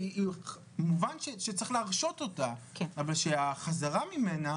מובן שצריך להרשות אותה, אבל שהחזרה ממנה